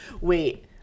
wait